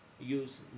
use